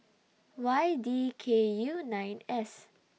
Y D K U nine S